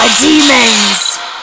Demons